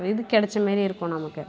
இது கிடைச்சா மாதிரியே இருக்கும் நமக்கு